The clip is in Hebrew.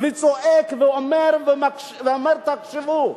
וצועק ואומר, ואומר: תקשיבו.